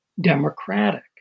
democratic